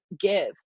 give